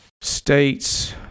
state's